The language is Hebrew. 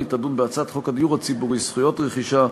תדון בהצעת חוק הדיור הציבורי (זכויות רכישה)